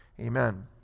Amen